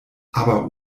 aber